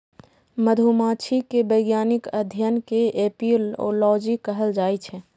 मधुमाछी के वैज्ञानिक अध्ययन कें एपिओलॉजी कहल जाइ छै